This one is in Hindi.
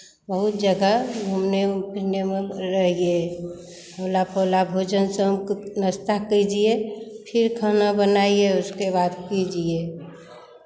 बहुत जगह घूमने फिरने में रहिये हौला पौला भोजन शाम को नाश्ता कीजिए फिर खाना बनाइये उसके बाद कीजिए